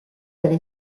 della